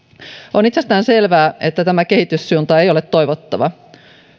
on itsestään selvää että tämä kehityssuunta ei ole toivottava